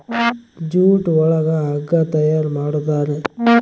jute ಒಳಗ ಹಗ್ಗ ತಯಾರ್ ಮಾಡುತಾರೆ